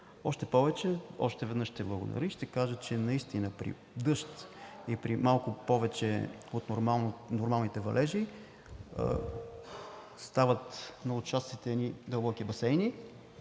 катастрофи. Още веднъж ще благодаря и ще кажа, че наистина при дъжд и при малко повече от нормалните валежи стават в участъците дълбоки басейни,